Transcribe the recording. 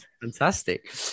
Fantastic